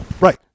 Right